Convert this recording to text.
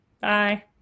Bye